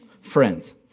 friends